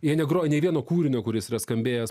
jie negroja nei vieno kūrinio kuris yra skambėjęs